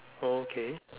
okay